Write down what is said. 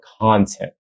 content